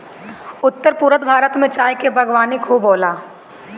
उत्तर पूरब भारत में चाय के बागवानी खूब होला